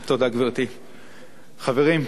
גברתי, תודה, חברים,